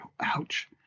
ouch